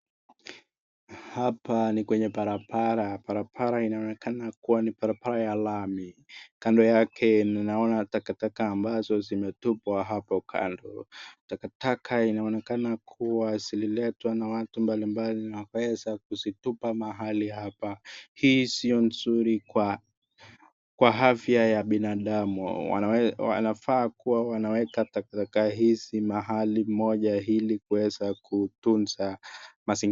Hapa ni kwenye barabara barabara inaonekana kuwa ni barabara ya lami kando yake ninaona takataka ambazo zimetupwa hapo kando. Takataka inaonekana kuwa zililetwa na watu mbali mbali na wakaweza kuzitupa mahali hapa hii sio nzuri kwa afya ya binadamu wanafaa kuwa wanaweka takataka hizi mahali moja ili kuweze kuitunza mazingira.